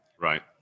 Right